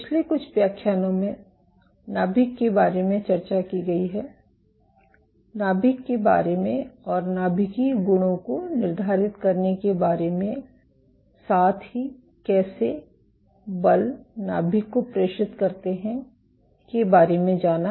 पिछले कुछ व्याख्यानों में नाभिक के बारे में चर्चा की गई है नाभिक के बारे में और नाभिकीय गुणों को निर्धारित करने के बारे में और साथ ही कैसे बल नाभिक को प्रेषित करते हैं के बारे में जाना